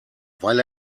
weil